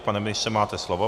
Pane ministře, máte slovo.